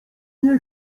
nie